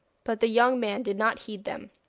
but the young man did not heed them,